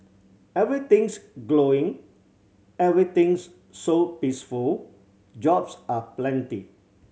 everything's glowing everything's so peaceful jobs are plenty